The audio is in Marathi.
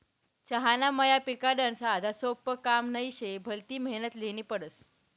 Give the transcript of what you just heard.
चहाना मया पिकाडनं साधंसोपं काम नही शे, भलती मेहनत ल्हेनी पडस